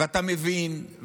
ואתה מבין,